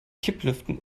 kipplüften